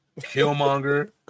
Killmonger